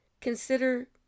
consider